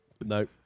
No